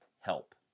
help